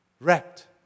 Wrapped